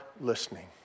listening